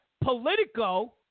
Politico